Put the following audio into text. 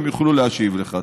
הם יוכלו להשיב לך.